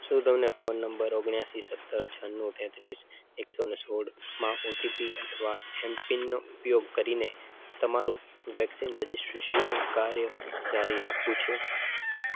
શું તમને phone number ઓગણએંશી સત્તર છન્નુ તેત્રીસ એકસો ને સોળમાં ઓ ટી પી અથવા એમ પિનનો ઉપયોગ કરીને તમારું વેક્સિન રજિસ્ટ્રેશનનું કાર્ય જારી રાખવું છે